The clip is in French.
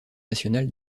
nationale